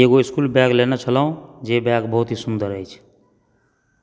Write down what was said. एगो school bag लेने छलहुँ जे बैग बहुत ही सुन्दर अछि